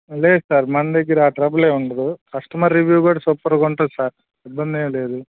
లేదు సార్ మన దగ్గర ఆ ట్రబుల్ ఏం ఉండదు కస్టమర్ రివ్యూ కూడా సూపర్గా ఉంటుంది సార్ ఇబ్బంది ఏం లేదు